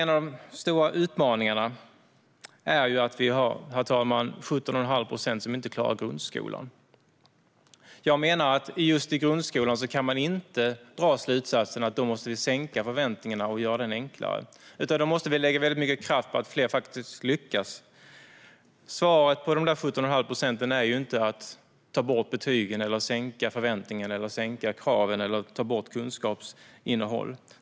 En av de stora utmaningarna, herr talman, är att vi har 17 1⁄2 procent som inte klarar grundskolan. Jag menar att just när det gäller grundskolan kan man inte dra slutsatsen att vi måste sänka förväntningarna och göra den enklare, utan vi måste lägga mycket mer kraft på att fler faktiskt ska lyckas. Svaret på hur vi ska minska de där 17 1⁄2 procenten är inte att ta bort betygen, sänka förväntningarna, sänka kraven eller ta bort kunskapsinnehåll.